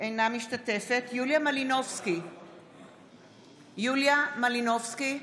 אינה משתתפת בהצבעה יוליה מלינובסקי,